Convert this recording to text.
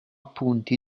punti